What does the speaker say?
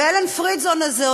ואלן פרידזון הזה,